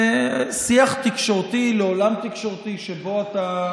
לשיח תקשורתי ולעולם תקשורתי שבו אתה,